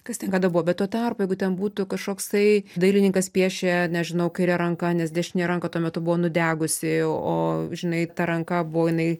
kas ten kada buvo bet tuo tarpu jeigu ten būtų kažkoksai dailininkas piešė nežinau kaire ranka nes dešinė ranka tuo metu buvo nudegusi o žinai ta ranka buvo jinai